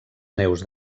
neus